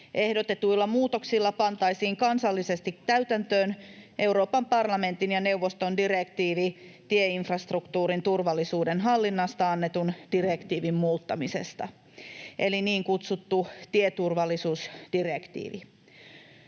Ehdotetuilla muutoksilla pantaisiin kansallisesti täytäntöön Euroopan parlamentin ja neuvoston direktiivi tieinfrastruktuurin turvallisuuden hallinnasta annetun direktiivin muuttamisesta eli niin kutsuttu tieturvallisuusdirektiivi.